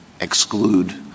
exclude